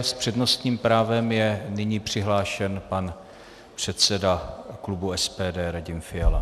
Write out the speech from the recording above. S přednostním právem je nyní přihlášen pan předseda klubu SPD Radim Fiala.